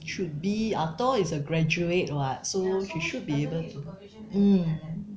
should be after all it's a graduate [what] so she should be able to mm